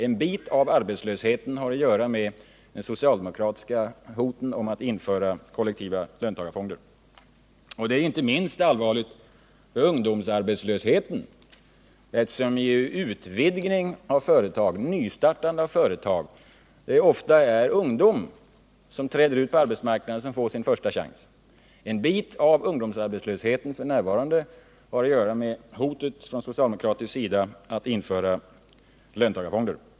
En bit av arbetslösheten har att göra med de socialdemokratiska hoten om att införa kollektiva löntagarfonder. Detta är inte minst allvarligt när det gäller ungdomsarbetslösheten. Vid utvidgning och nystartande av företag är det ofta ungdom som träder ut på arbetsmarknaden och får den första chansen. En bit av ungdomsarbetslösheten f. n. har också att göra med hotet från socialdemokratisk sida att införa löntagarfonder.